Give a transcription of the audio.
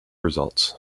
results